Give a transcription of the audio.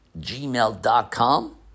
gmail.com